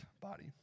body